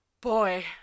Boy